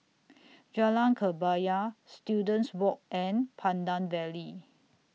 Jalan Kebaya Students Walk and Pandan Valley